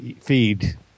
feed